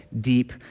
deep